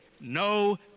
no